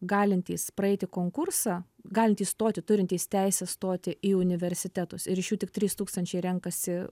galintys praeiti konkursą galintys stoti turintys teisę stoti į universitetus ir iš jų tik trys tūkstančiai renkasi